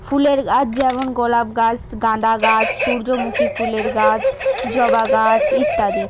ফুলের গাছ যেমন গোলাপ গাছ গাঁদা গাছ সূর্যমুখী ফুলের গাছ জবা গাছ ইত্যাদি